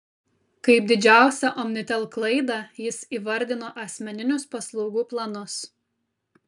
kaip didžiausią omnitel klaidą jis įvardino asmeninius paslaugų planus